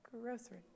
Grocery